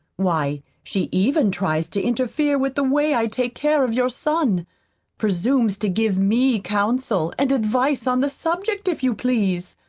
why, she even tries to interfere with the way i take care of your son presumes to give me counsel and advice on the subject, if you please.